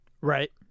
Right